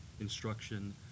instruction